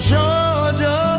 Georgia